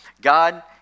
God